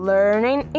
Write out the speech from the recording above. Learning